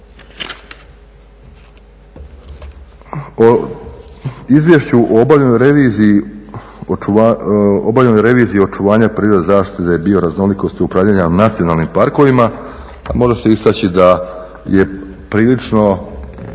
O izvješću o obavljenoj reviziji očuvanja prirode i zaštite bioraznolikosti upravljanja nacionalnim parkovima može se istaći da je prilično